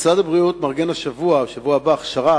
משרד הבריאות מארגן השבוע או בשבוע הבא הכשרה